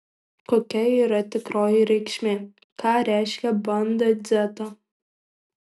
kokia yra tikroji reikšmė ką reiškia banda dzeta